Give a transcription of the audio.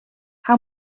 how